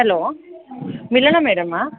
hello Milana ಮೇಡಮ್ಮಾ